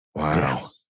Wow